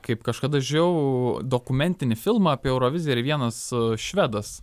kaip kažkada žiūrėjau dokumentinį filmą apie euroviziją ir vienas švedas